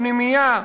פנימייה,